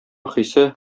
хисе